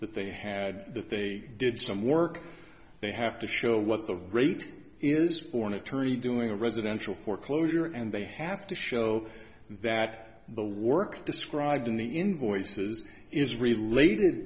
that they had that they did some work they have to show what the rate is for an attorney doing a residential foreclosure and they have to show that the work described in the invoices is related